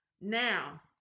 Now